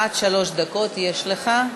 עד שלוש דקות יש לך.